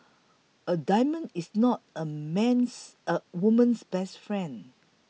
a diamond is not a man's a woman's best friend